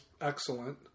excellent